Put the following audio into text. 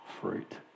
fruit